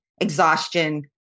exhaustion